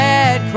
Red